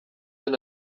den